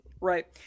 Right